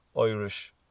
Irish